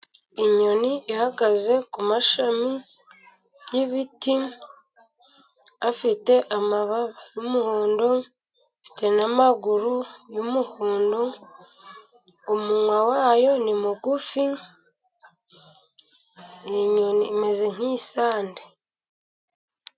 Inyoni ihagaze ku mashami y'ibiti, ifite amababa y'umuhondo, ifite n'amaguru y'umuhondo. Umunwa wayo ni mugufi, iyi nyoni imeze nk'isandi.